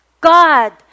God